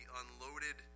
unloaded